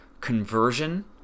conversion